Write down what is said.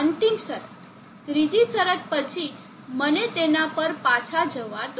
અંતિમ શરત ત્રીજી શરત પછી મને તેના પર પાછા જવા દો